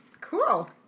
cool